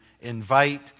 invite